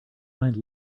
mind